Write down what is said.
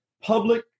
Public